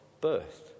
birth